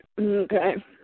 Okay